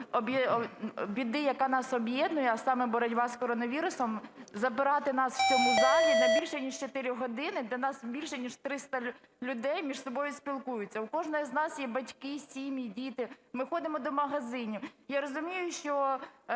біди, яка нас об'єднує, а саме боротьба з коронавірусом, запирати нас в цьому залі на більше, ніж 4 години, де нас більше ніж 300 людей між собою спілкуються. У кожного із нас є батьки, сім'ї, діти, ми ходимо до магазинів. Я розумію, що